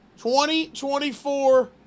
2024